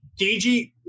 DJ